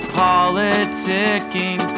politicking